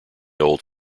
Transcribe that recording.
old